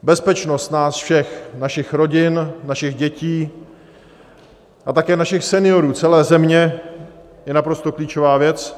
Bezpečnost nás všech, našich rodin, našich dětí a také našich seniorů, celé země je naprosto klíčová věc.